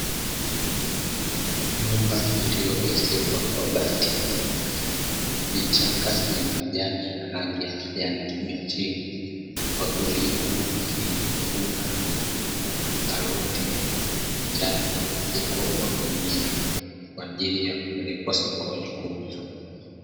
Nyumba iliyoezekwa kwa bati, vichaka vyenye majani ya rangi ya kijani kibichi, wakulima wakivuna na kujaza karoti ndani ya mfuko wa gunia, kwa ajili ya kupelekwa sokoni kuuzwa.